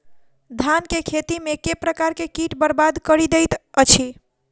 धान केँ खेती मे केँ प्रकार केँ कीट बरबाद कड़ी दैत अछि?